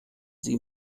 sie